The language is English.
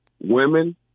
women